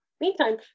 Meantime